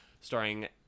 Starring